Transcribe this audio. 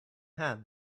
hand